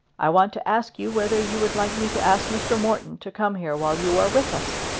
i want to ask you whether you would like me to ask mr. morton to come here while you are with us?